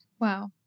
Wow